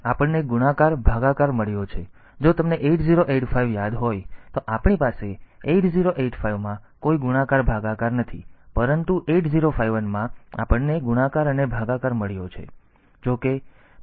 તેથી આપણને ગુણાકાર ભાગાકાર મળ્યો છે જો તમને 8085 યાદ હોય તો આપણી પાસે 8085 માં કોઈ ગુણાકાર ભાગાકાર નથી પરંતુ 8051 માં આપણને ગુણાકાર અને ભાગાકાર મળ્યો છે જોકે પ્રકૃતિ માં માત્ર 8 બીટ છે